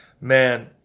man